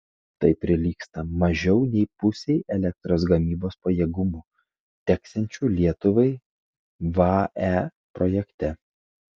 tai prilygsta mažiau nei pusei elektros gamybos pajėgumų teksiančių lietuvai vae projekte